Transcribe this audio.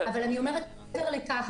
מעבר לכך,